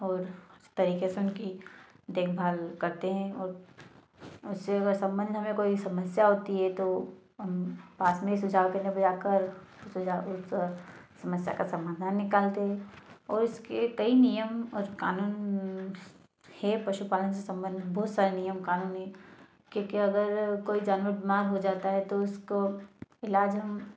और उस तरीके से उनकी देखभाल करते हैं और उससे अगर सम्बंध हमें कोई समस्या होती है तो हम पास में सुझाव ले आकर सुझाव में उससे समाधान निकालते है और इसके कई नियम और कानून है पशुपालन जिससे सम्बन्ध बहुत सारे नियम कानून है क्योंकि अगर कोई जानवर बीमार हो जाता है तो उसका इलाज हम